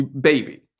Baby